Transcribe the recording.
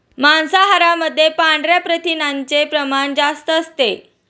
मांसाहारामध्ये पांढऱ्या प्रथिनांचे प्रमाण जास्त असते